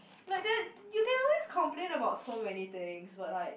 like that you can always complain about so many things but like